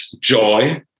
joy